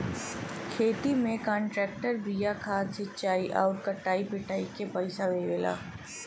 खेती में कांट्रेक्टर बिया खाद सिंचाई आउर कटाई पिटाई के पइसा देवला